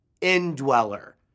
indweller